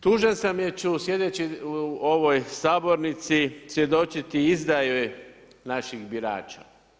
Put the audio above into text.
Tužan sam jer ću sjedeći u ovoj Sabornici svjedočiti izdaji naših birača.